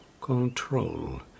Control